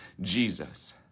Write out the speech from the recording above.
Jesus